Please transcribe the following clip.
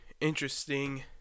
interesting